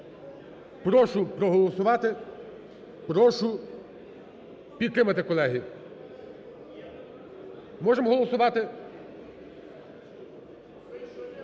Прошу проголосувати. Прошу підтримати, колеги. Можемо голосувати?